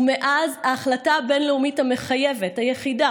ומאז ההחלטה הבין-לאומית המחייבת היחידה